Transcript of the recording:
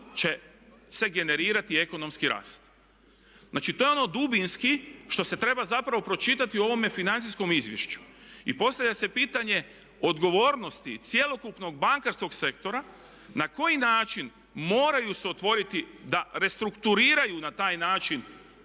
će se generirati ekonomski rast? Znači, to je ono dubinski što se treba zapravo pročitati u ovome financijskom izvješću. I postavlja se pitanje odgovornosti cjelokupnog bankarskog sektora na koji način moraju se otvoriti da restrukturiraju na taj način